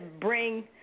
bring